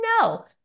no